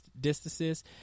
distances